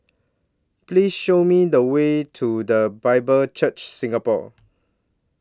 Please Show Me The Way to The Bible Church Singapore